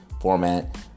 format